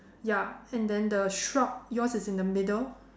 ya and then the shrub yours is in the middle